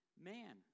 man